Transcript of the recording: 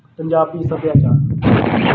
ਪੰਜਾਬੀ ਸੱਭਿਆਚਾਰ